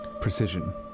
Precision